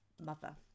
mother